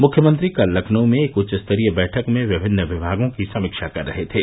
मुख्यमंत्री कल लखनऊ में एक उच्चस्तरीय बैठक में विमिन्न विभागों की समीक्षा कर रहे थे